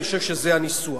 אני חושב שזה הניסוח.